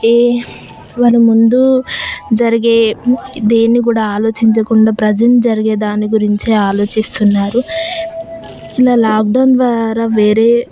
ఏ మన ముందు జరిగే దేని కూడా ఆలోచించ కుండా ప్రెసెంట్ జరిగే దాని గురించే ఆలోచిస్తున్నారు ఇలా లాక్డౌన్ ద్వారా వేరే